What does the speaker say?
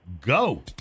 go